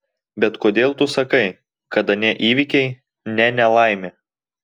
bet kodėl tu sakai kad anie įvykiai ne nelaimė